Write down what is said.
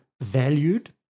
valued